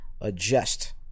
adjust